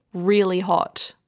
really hot.